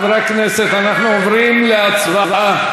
חברי הכנסת, אנחנו עוברים להצבעה.